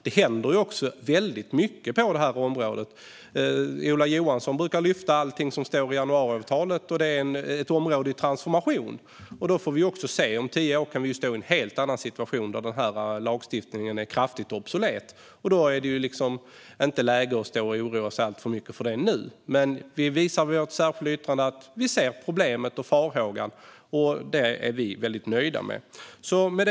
Det händer också väldigt mycket på det här området. Ola Johansson brukar lyfta upp allting som står i januariavtalet, och det är ett område i transformation. Då får vi se. Om tio år kan vi befinna oss i en helt annan situation där den här lagstiftningen är kraftigt obsolet, och därför är det inte läge att oroa sig alltför mycket för det nu. Vi visar genom vårt särskilda yttrande att vi ser problemet och farorna. Det är vi väldigt nöjda med.